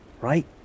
Right